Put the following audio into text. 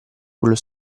quello